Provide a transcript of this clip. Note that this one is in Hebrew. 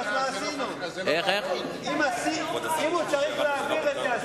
אז מה עשינו אם הוא צריך להעביר את זה?